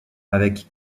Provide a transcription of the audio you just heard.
avec